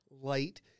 light